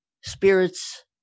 spirits